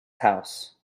house